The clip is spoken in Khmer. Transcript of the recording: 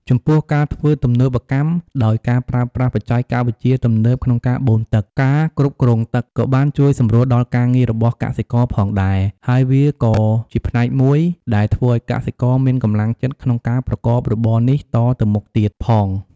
ចំពោះ ការធ្វើទំនើបកម្ម ដោយការប្រើប្រាស់បច្ចេកវិទ្យាទំនើបក្នុងការបូមទឹក ការគ្រប់គ្រងទឹក ក៏បានជួយសម្រួលដល់ការងាររបស់កសិករផងដែរ ហើយវាក៏ជាផ្នែកមួយដែលធ្វើឲ្យកសិករមានកម្លាំងចិត្តក្នុងការប្រកបរបរនេះតទៅមុខទៀតផង។